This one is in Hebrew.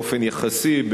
באופן יחסי,